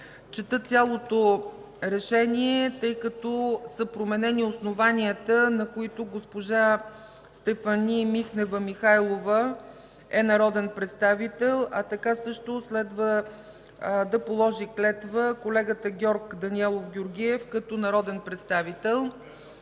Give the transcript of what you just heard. чета цялото Решение, тъй като са променени основанията, на които госпожа Стефани Михнева Михайлова е народен представител, а така също следва да положи клетва колегата Георг Даниелов Георгиев като народен представител.